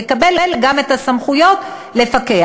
יקבל גם את הסמכויות לפקח.